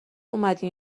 اومدی